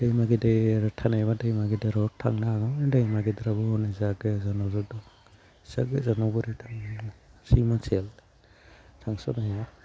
दैमा गेदेर थानायब्ला दैमा गेदेराव थांनो हागौमोन दैमा गेदेराबो हनै जाहा गैया जाना होदों एसां गोजानाव बोरै थांनो हारसिं मानसिया थांस'नो हाया